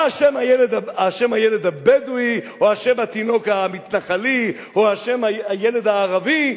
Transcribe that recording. מה אשם הילד הבדואי או אשם התינוק המתנחלי או אשם הילד הערבי,